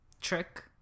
trick